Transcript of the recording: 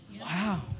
Wow